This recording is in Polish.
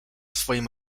swoim